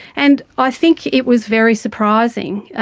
and i think it was very surprising,